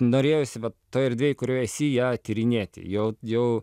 norėjosi vat toj erdvėj kurioj esi ją tyrinėti jau jau